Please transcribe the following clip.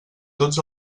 tots